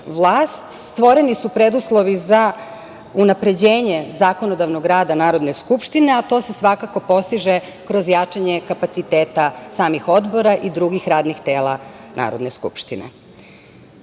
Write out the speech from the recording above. stvoreni su preduslovi za unapređenje zakonodavnog rada Narodne skupštine, a to se svakako postiže kroz jačanje kapaciteta samih odbora i drugih radnih tela Narodne skupštine. Pomenuću